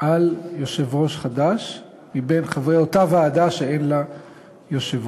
להמליץ על יושב-ראש חדש מחברי אותה ועדה שאין לה יושב-ראש,